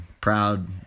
proud